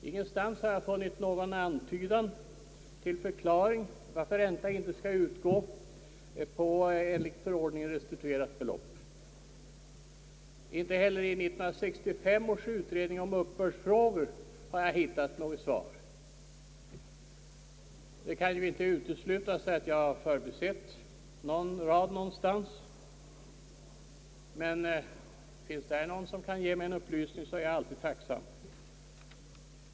Ingenstans har jag funnit någon antydan till förklaring varför ränta inte skall utgå på enligt förordningen restituerat belopp. Inte heller i 1965 års utredning om uppbördsfrågor har jag hittat något svar. Det kan ju inte uteslutas att jag har förbisett någon rad någonstans, men finns det här någon som kan ge mig en upplysning så är jag alltid tacksam.